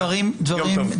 אני